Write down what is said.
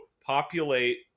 populate